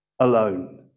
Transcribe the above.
alone